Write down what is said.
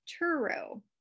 Turo